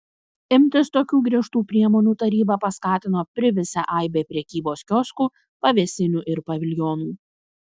imtis tokių griežtų priemonių tarybą paskatino privisę aibė prekybos kioskų pavėsinių ir paviljonų